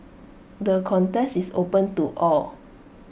the contest is open to all